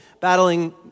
battling